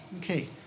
Okay